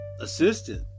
assistant